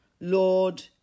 Lord